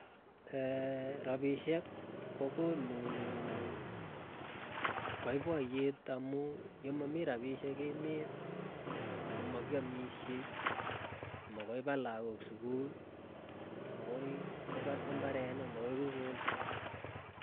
rapisyek kokonu poipoiyet amuu, yemamii rapisyek emet, koma kiamisyei amakoi pa lagook sukul mokoi kipat imbaronik, makoi makoi kikolsa.